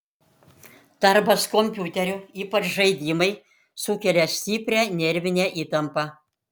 darbas kompiuteriu ypač žaidimai sukelia stiprią nervinę įtampą